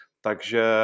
takže